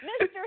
Mr